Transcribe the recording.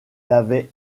l’avait